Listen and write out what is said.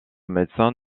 médecin